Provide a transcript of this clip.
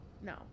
no